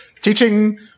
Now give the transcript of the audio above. Teaching